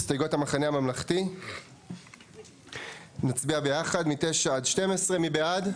הסתייגויות המחנה הממלכתי; נצביע ביחד על סעיפים 9-12. מי בעד?